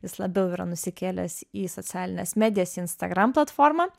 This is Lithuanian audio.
jis labiau yra nusikėlęs į socialines medijas instagram platformą